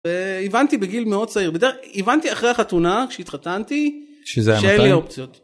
הבנתי בגיל מאוד צעיר בדרך הבנתי אחרי החתונה שהתחתנתי שאלה אופציות.